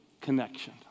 connection